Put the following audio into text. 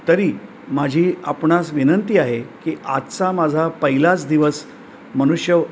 तरी माझी आपणास विनंती आहे की आजचा माझा पहिलाच दिवस मनुष्य